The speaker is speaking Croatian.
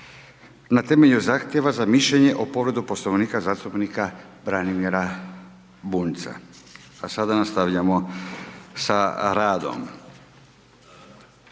na temelju zahtjeva za mišljenje o povredu Poslovnika zastupnika Branimira Bunjca. Pa sada nastavljamo sa radom.